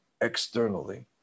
externally